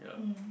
mm